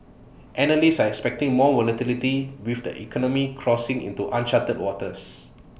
analysts are expecting more volatility with the economy crossing into uncharted waters